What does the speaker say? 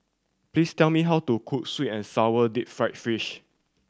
please tell me how to cook sweet and sour deep fried fish